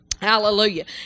Hallelujah